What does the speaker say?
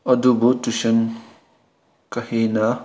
ꯑꯗꯨꯕꯨ ꯇꯨꯏꯁꯟ ꯀꯥꯍꯦꯟꯅ